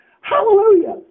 Hallelujah